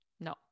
No